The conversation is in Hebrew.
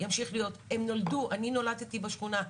אני נולדתי בשכונה,